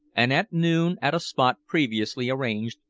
and at noon at a spot previously arranged,